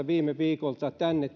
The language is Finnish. viime viikolta tänne